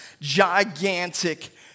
gigantic